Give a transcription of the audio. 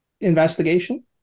investigation